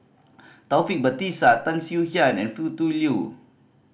Taufik Batisah Tan Swie Hia and Foo Tu Liew